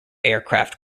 aircraft